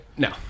No